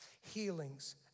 healings